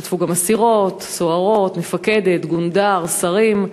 השתתפו גם אסירות, סוהרות, מפקדת, גונדר, שרים.